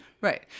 right